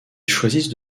choisissent